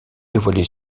dévoilé